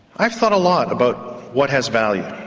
i've thought a lot about what has value,